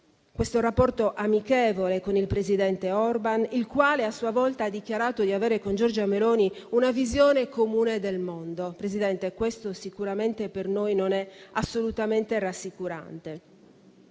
il rapporto amichevole con il presidente Orban, il quale a sua volta ha dichiarato di avere con Giorgia Meloni una visione comune del mondo. Signor Presidente, questo sicuramente per noi non è assolutamente rassicurante.